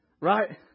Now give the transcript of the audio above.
Right